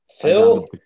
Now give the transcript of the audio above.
Phil